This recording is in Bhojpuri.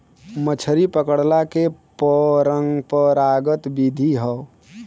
मछरी पकड़ला के परंपरागत विधि हौ